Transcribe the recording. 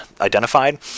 identified